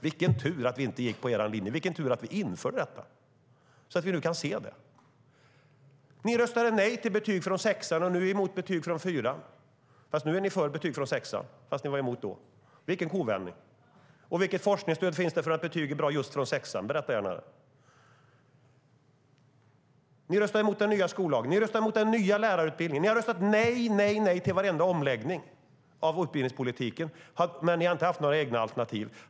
Vilken tur att vi inte gick på er linje! Vilken tur att vi införde proven så att vi nu kan se resultatet. Ni röstade nej till betyg från sexan, och nu är ni emot betyg från fyran. Ni är för betyg från sexan, fast ni var emot då. Vilken kovändning! Vilket forskningsstöd finns det för att betyg är bra från just sexan? Berätta gärna det. Ni röstade emot den nya skollagen. Ni röstade emot den nya lärarutbildningen. Ni har röstat nej, nej, nej till varenda omläggning av utbildningspolitiken när ni inte haft några egna alternativ.